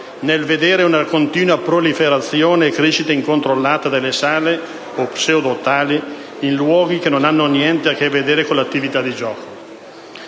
nel vedere una continua proliferazione e crescita incontrollata di sale o pseudo tali, in luoghi che non hanno niente a che vedere con l'attività di gioco.